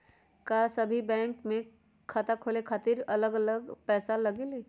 का सभी बैंक में खाता खोले खातीर अलग अलग पैसा लगेलि?